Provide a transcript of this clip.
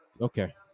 okay